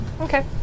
Okay